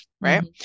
right